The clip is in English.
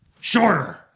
Shorter